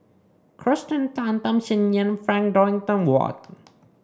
Kirsten Tan Tham Sien Yen and Frank Dorrington Ward